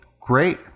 great